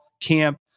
camp